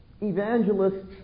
Evangelists